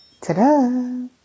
Ta-da